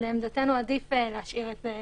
לעמדתנו עדיף להשאיר את זה